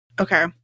okay